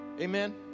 Amen